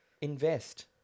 Invest